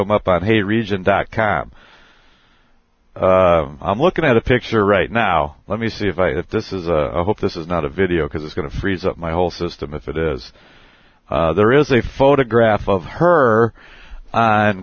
them up on a region dot com i'm looking at a picture right now let me see if i if this is a hope this is not a video because it's going to freeze up my whole system if it is there is a photograph of her